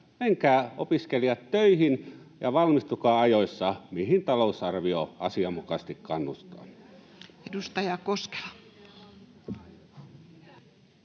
menkää, opiskelijat, töihin ja valmistukaa ajoissa, mihin talousarvio asianmukaisesti kannustaa.